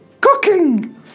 cooking